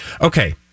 Okay